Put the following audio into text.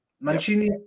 Mancini